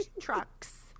trucks